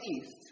east